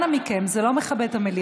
אנא מכם, זה לא מכבד את המליאה.